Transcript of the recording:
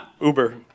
Uber